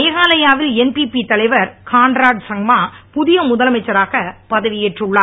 மேகாலயாவில் என்பிபி தலைவர் திருகான்ராட் சங்மா புதிய முதலமைச்சராக பதவியேற்றுள்ளார்